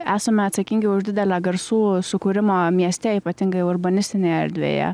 esame atsakingi už didelę garsų sukūrimo mieste ypatingai urbanistinėje erdvėje